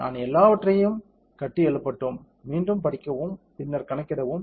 நான் எல்லாவற்றையும் கட்டியெழுப்பட்டும் மீண்டும் படிக்கவும் பின்னர் கணக்கிடவும்